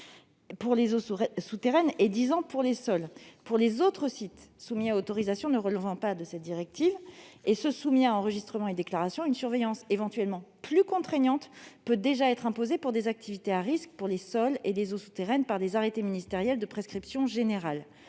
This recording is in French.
tous les cinq ans pour les secondes. Pour les autres sites soumis à autorisation ne relevant pas de cette directive et ceux soumis à enregistrement et déclaration, une surveillance éventuellement plus contraignante peut déjà être imposée pour des activités à risques pour les sols ou les eaux souterraines, par des arrêtés ministériels de prescription générale.